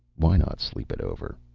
why not sleep it over?